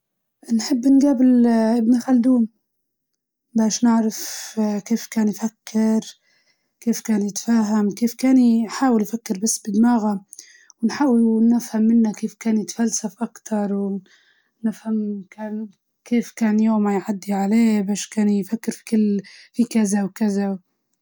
نبي نجابل ابن خلدون، نعرف كيف كان يفكر، ونفهم الفلسة الفلسفة أكثر، شخصية بن خلدون هي أكثر شخصية نبي نتقابل معاها ونتعشى معاها.